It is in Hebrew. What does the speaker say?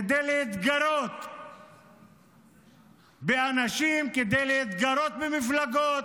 כדי להתגרות באנשים, כדי להתגרות במפלגות,